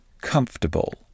Comfortable